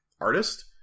artist